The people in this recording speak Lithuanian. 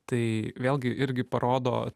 tai vėlgi irgi parodo